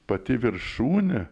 pati viršūnė